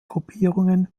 gruppierungen